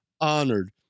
honored